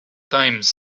times